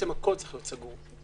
שהכול צריך להיות סגור,